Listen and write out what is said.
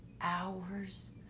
Hours